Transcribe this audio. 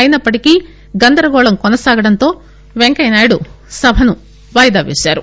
అయినప్పటికీ గందరగోళం కొనసాగడంతో వెంకయ్యనాయుడు సభను వాయిదా పేశారు